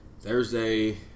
Thursday